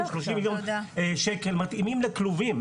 30 מיליון שקלים מתאימים לכלובים